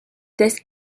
this